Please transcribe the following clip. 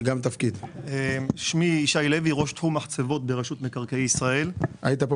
של רשות מקרקעי ישראל ולראות לא